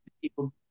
people